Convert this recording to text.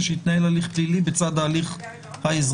ושהיא תנהל הליך פלילי בצד ההליך האזרחי.